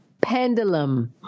Pendulum